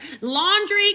Laundry